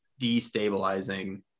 destabilizing